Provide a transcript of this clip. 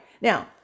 now